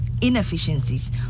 inefficiencies